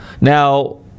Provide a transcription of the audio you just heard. Now